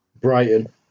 Brighton